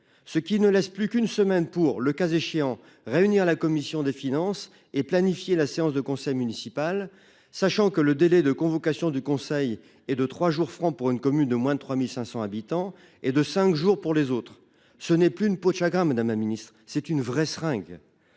ce qui ne laisse plus qu'une semaine pour le cas échéant réunir la commission des finances et planifier la séance de conseil municipal. Sachant que le délai de convocation du conseil et de 3 jours francs pour une commune de moins de 3500 habitants et de 5 jours pour les autres, ce n'est plus une peau de chagrin. Madame la Ministre c'est une vraie seringue.